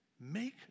Make